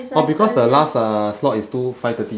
oh because the last uh slot is two five thirty